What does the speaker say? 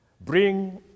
bring